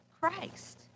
Christ